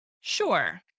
Sure